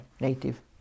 native